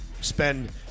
spend